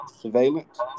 Surveillance